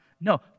No